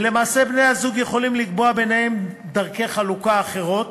ולמעשה בני-הזוג יכולים לקבוע ביניהם דרכי חלוקה אחרות,